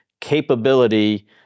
capability